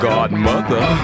Godmother